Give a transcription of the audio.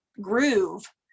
groove